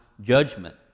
judgment